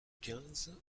quinze